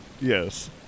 Yes